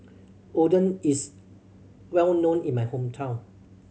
Oden is well known in my hometown